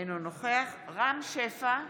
אינו נוכח רם שפע,